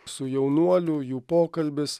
su jaunuoliu jų pokalbis